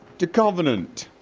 to covenant